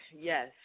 yes